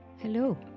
Hello